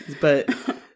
But-